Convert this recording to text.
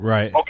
Right